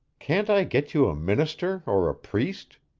can't i get you a minister or a priest?